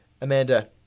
Amanda